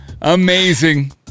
amazing